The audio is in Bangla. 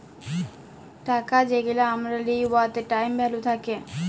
টাকা যেগলা আমরা লিই উয়াতে টাইম ভ্যালু থ্যাকে